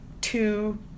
two